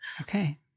Okay